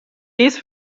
dies